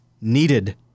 needed